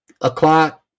o'clock